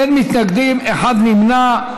אין מתנגדים, אחד נמנע.